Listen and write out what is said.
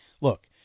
Look